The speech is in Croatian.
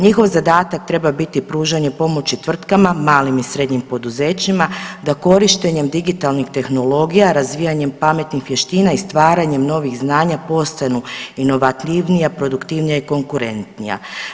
Njihov zadatak treba biti pružanje pomoći tvrtkama, malim i srednjim poduzećima da korištenjem digitalnih tehnologija, razvijanjem pametnih vještina i stvaranjem novih znanja postanu inovativnija, produktivnija i konkurentnija.